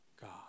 God